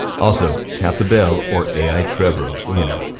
also, tap the bell or ai trevor will, you know,